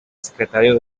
secretario